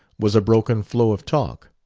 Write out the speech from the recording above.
was a broken flow of talk.